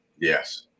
Yes